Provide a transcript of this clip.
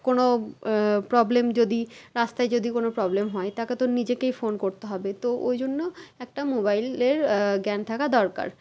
কোনো প্রবলেম যদি রাস্তায় যদি কোনো প্রবলেম হয় তাকে তো নিজেকেই ফোন করতে হবে তো ঐজন্য একটা মোবাইলের জ্ঞান থাকা দরকার